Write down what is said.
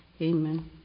Amen